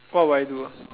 what will I do ah